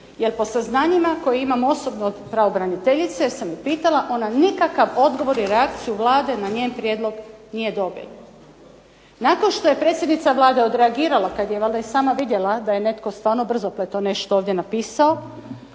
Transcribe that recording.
jer po saznanjima koje imam osobno od pravobraniteljice, ja sam ju pitala, ona nikakav odgovor i reakciju Vlade na njen prijedlog nije dobila. Nakon što je predsjednica Vlade odreagirala kad je valjda i sama vidjela da je netko stvarno brzopleto nešto ovdje napisao,